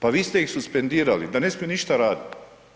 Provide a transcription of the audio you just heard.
Pa vi ste ih suspendirali da ne smiju ništa raditi.